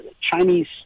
Chinese